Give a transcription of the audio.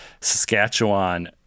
saskatchewan